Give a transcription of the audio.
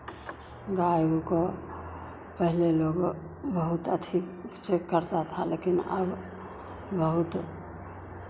गाय को पहले लोग बहुत अथि चेक करता था लेकिन अब बहुत